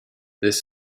this